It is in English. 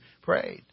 prayed